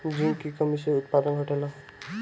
Zinc की कमी से का उत्पादन घटेला?